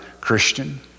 Christian